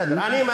אני,